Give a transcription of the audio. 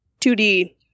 2D –